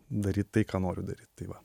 daryt tai ką noriu daryt tai va